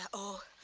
ah oh.